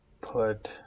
put